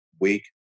week